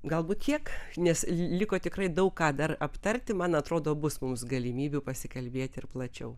galbūt tiek nes liko tikrai daug ką dar aptarti man atrodo bus mums galimybių pasikalbėti ir plačiau